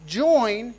join